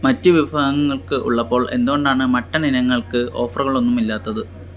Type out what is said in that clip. മറ്റ് വിഭാഗങ്ങൾക്ക് ഉള്ളപ്പോൾ എന്തുകൊണ്ടാണ് മട്ടൺ ഇനങ്ങൾക്ക് ഓഫറുകളൊന്നുമില്ലാത്തത്